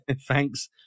Thanks